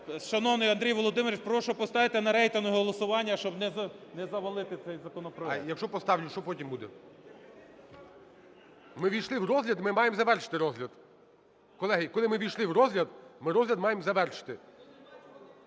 Шановний Андрій Володимирович, прошу поставити на рейтингове голосування, щоб не завалити цей законопроект. ГОЛОВУЮЧИЙ. А якщо поставлю, що потім буде? Ми увійшли в розгляд, ми маємо завершити розгляд. Колеги, коли ми увійшли в розгляд – ми розгляд маємо завершити.